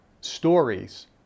stories